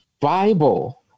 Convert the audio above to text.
Bible